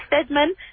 Stedman